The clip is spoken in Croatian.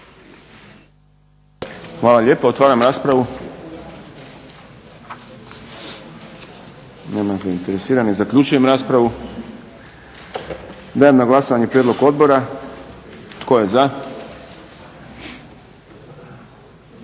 Hvala lijepo. Otvaram raspravu. Nema zainteresiranih. Zaključujem raspravu. Dajem na glasovanje prijedlog odbora. Tko je za?